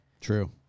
true